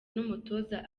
n’umutoza